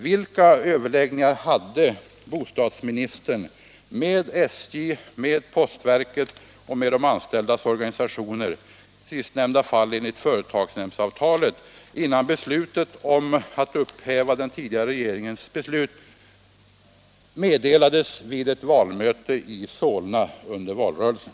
Vilka överläggningar hade bostadsministern med SJ, postverket och de anställdas organisationer — i sistnämnda fall enligt företagsnämndsavtalet — innan beslutet om att upphäva den tidigare regeringens beslut meddelades vid ett valmöte i Solna under valrörelsen?